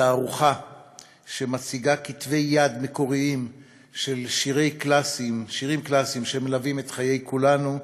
בתערוכה שמציגה כתבי יד מקוריים של שירים קלאסיים שמלווים את חיי כולנו,